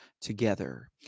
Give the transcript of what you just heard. together